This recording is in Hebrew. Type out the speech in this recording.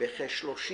בכ-35